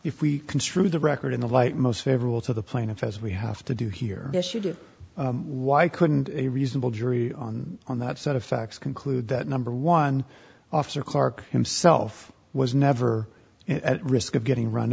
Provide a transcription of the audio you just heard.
if we construe the record in the light most favorable to the plaintiff as we have to do here this should do why couldn't a reasonable jury on on that set of facts conclude that number one officer clark himself was never at risk of getting run